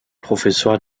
professor